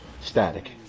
Static